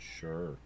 Sure